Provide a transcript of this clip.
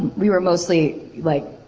we were mostly. like